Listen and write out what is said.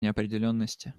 неопределенности